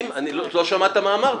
עוד לא שמעת מה אמרתי.